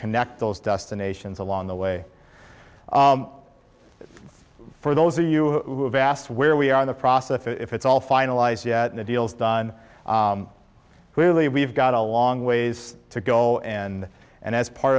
connect those destinations along the way for those of you who have asked where we are in the process if it's all finalized yet the deals done clearly we've got a long ways to go and and as part